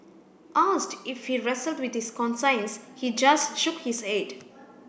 asked if he wrestled with his conscience he just shook his head